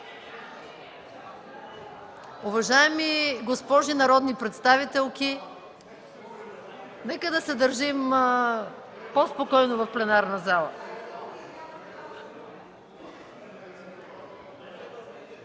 Уважаеми госпожи народни представителки, нека да се държим по-спокойно в пленарната зала.